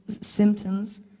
symptoms